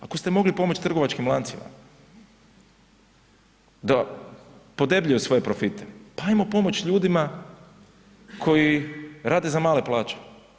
Ako ste mogli pomoći trgovačkim lancima, da podebljaju svoje profite, pa hajmo pomoći ljudima koji rade za male plaće.